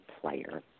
player